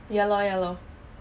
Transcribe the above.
ya lor ya lor